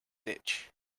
ditch